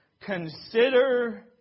Consider